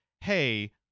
hey